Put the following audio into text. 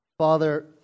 Father